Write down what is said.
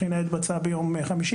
בחינה התבצעה ביום חמישי.